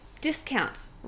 discounts